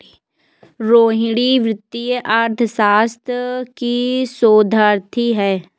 रोहिणी वित्तीय अर्थशास्त्र की शोधार्थी है